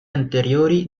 anteriori